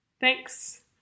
Thanks